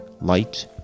Light